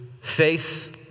face